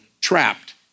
trapped